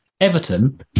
Everton